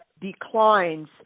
declines